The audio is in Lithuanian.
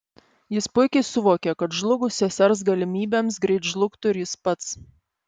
jis puikiai suvokė kad žlugus sesers galimybėms greit žlugtų ir jis pats